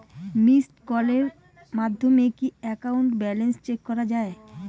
Missed কলের মাধ্যমে কি একাউন্ট ব্যালেন্স চেক করা যায়?